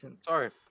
Sorry